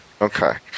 Okay